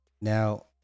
Now